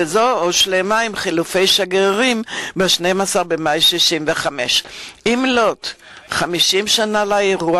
וזו הושלמה עם חילופי שגרירים ב-12 במאי 1965. במלאות 50 שנה לאירוע